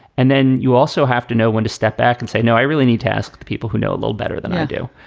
and then you also have to know when to step back and say, no. i really need to ask the people who know a little better than i do.